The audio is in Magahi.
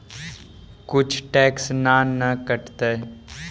कुछ टैक्स ना न कटतइ?